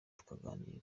tukaganira